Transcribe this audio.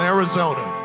Arizona